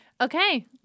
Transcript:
Okay